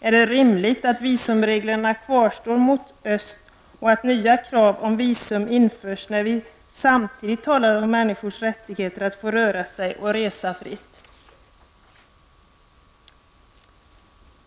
Är det rimligt att visumreglerna kvarstår mot öst och att nya krav beträffande visum införs när vi samtidigt talar om människors rättigheter i fråga om att få röra sig och resa fritt?